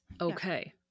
Okay